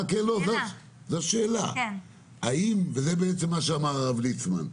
זו שאלה, וזה מה שאמר הרב ליצמן.